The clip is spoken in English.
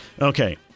Okay